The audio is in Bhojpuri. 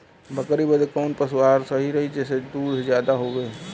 बकरी बदे कवन पशु आहार सही रही जेसे दूध ज्यादा होवे?